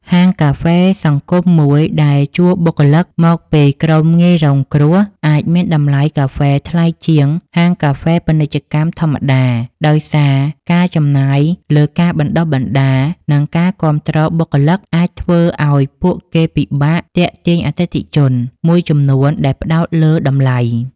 ហាងកាហ្វេសង្គមមួយ ដែលជួលបុគ្គលិកមកពីក្រុមងាយរងគ្រោះ អាចមានតម្លៃកាហ្វេថ្លៃជាងហាងកាហ្វេពាណិជ្ជកម្មធម្មតា ដោយសារការចំណាយលើការបណ្តុះបណ្តាល និងការគាំទ្របុគ្គលិក អាចធ្វើឲ្យពួកគេពិបាកទាក់ទាញអតិថិជន មួយចំនួនដែលផ្តោតលើតម្លៃ។